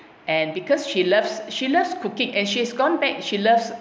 and because she loves she loves cooking and she has gone back she loves